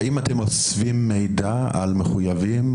האם אתם אוספים מידע על מחויבים,